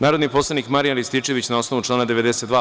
Narodni poslanik Marijan Rističević, na osnovu člana 92.